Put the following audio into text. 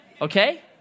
okay